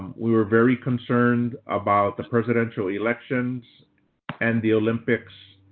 we were very concerned about the presidential elections and the olympics,